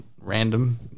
random